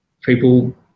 people